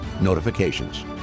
notifications